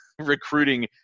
recruiting